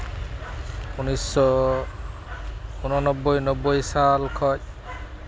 ᱩᱱᱤᱥᱥᱚ ᱩᱱᱚ ᱱᱳᱵᱽᱵᱳᱭ ᱱᱳᱵᱽᱵᱳᱭ ᱥᱟᱞ ᱠᱷᱚᱡ